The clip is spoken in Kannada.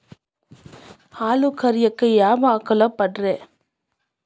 ಹಾಲು ಕರಿಯಾಕ ಯಾವ ಆಕಳ ಪಾಡ್ರೇ?